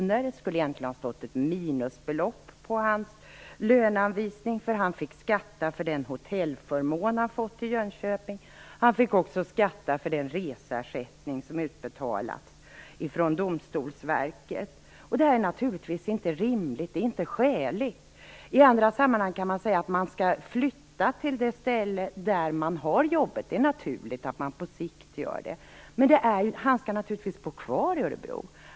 Det skulle egentligen ha stått ett minusbelopp på hans löneanvisning, eftersom han fick skatta för den hotellförmån han fått i Jönköping. Han fick också skatta för den reseersättning som utbetalats från Domstolsverket. Detta är naturligtvis inte rimligt. Det är inte skäligt. I andra sammanhang kan man säga att man skall flytta till det ställe där man har jobbet. Det är naturligt att man gör det på sikt. Men han skall naturligtvis bo kvar i Örebro.